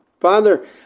Father